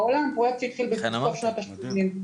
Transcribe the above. פרוייקט שהתחיל בסוף שנות השמונים.